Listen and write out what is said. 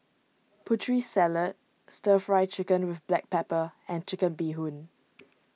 Putri Salad Stir Fry Chicken with Black Pepper and Chicken Bee Hoon